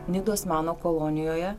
nidos meno kolonijoje